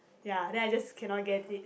ya then I just cannot get it